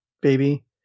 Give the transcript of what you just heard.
baby